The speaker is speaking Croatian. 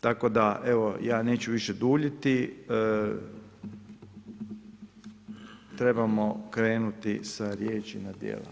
Tako da evo ja neću više duljiti, trebamo krenuti sa riječi na djela.